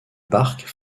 barque